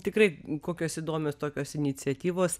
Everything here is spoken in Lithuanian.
tikrai kokios įdomios tokios iniciatyvos